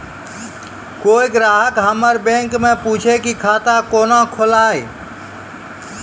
कोय ग्राहक हमर बैक मैं पुछे की खाता कोना खोलायब?